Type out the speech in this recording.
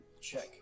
check